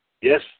yes